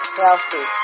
healthy